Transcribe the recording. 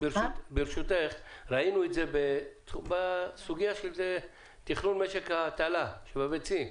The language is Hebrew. ראינו את זה בסוגית בתכנון משק הטלת הביצים.